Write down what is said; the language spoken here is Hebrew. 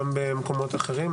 גם במקומות אחרים.